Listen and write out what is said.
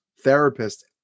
therapist